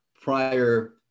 prior